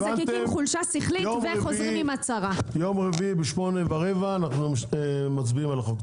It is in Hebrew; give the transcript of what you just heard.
ביום רביעי בשמונה ורבע אנחנו מצביעים על החוק.